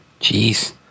Jeez